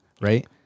right